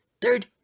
Third